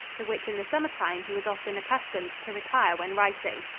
to which in the summer time he was often accustomed to retire when writing.